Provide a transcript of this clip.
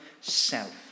self